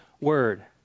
word